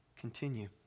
continue